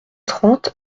trente